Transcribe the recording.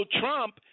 trump